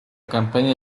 campaña